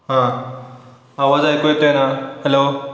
हां आवाज ऐकू येतो आहे ना हॅलो